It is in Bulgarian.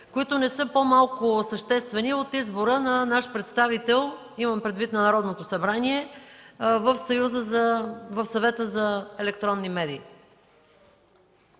които не са по-малко съществени от избора на наш представител – имам предвид на Народното събрание, в Съвета за електронни медии.